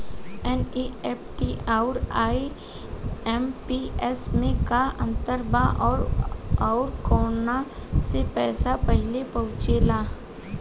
NEFT आउर IMPS मे का अंतर बा और आउर कौना से पैसा पहिले पहुंचेला?